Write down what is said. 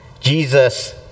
Jesus